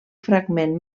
fragment